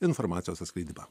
informacijos atskleidimą